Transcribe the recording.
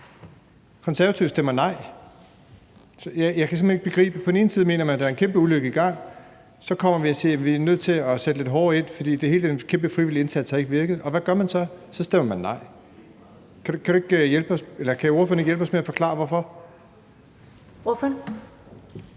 Konservative stemmer nej. Jeg kan simpelt hen ikke begribe det. På den ene side mener man, at der er en kæmpe ulykke i gang, og så kommer vi og siger, at vi er nødt til at sætte lidt hårdere ind, fordi det med en kæmpe frivillig indsats ikke har virket, og hvad gør man så? Så stemmer man nej. Kan ordføreren ikke hjælpe os og forklare hvorfor?